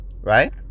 right